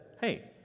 hey